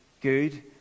good